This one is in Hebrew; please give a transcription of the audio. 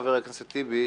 חבר הכנסת טיבי,